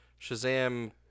Shazam